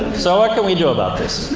so, what can we do about this?